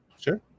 sure